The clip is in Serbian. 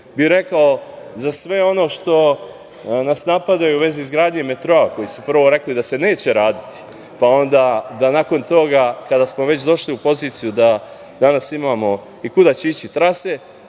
bih rekao za sve ono što nas napadaju u vezi izgradnje metroa za koji su prvo rekli da se neće raditi, pa onda da nakon toga kada smo već došli u poziciju da danas imamo i kuda će ići trase,